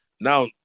now